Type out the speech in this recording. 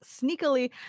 sneakily